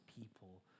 people